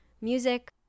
music